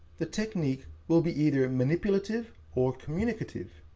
the technique will be either and manipulative or communicative.